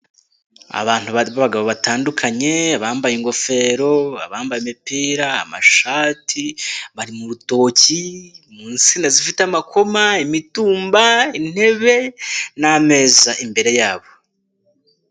Abantu b'abagabo batandukanye, abambaye ingofero, abambaye imipira, amashati, bari mu rutoki mu nsinga zifite amakoma, imitumba, intebe n'ameza imbere ya bo.